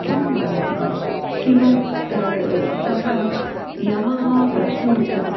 किं भवति किमर्थं सः यमः प्रश्नं पृच्छति